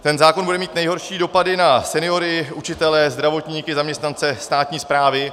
Ten zákon bude mít nejhorší dopady na seniory, učitele, zdravotníky, zaměstnance státní správy.